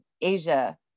Asia